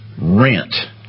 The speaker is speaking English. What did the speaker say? rent